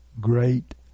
great